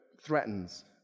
threatens